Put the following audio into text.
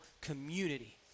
community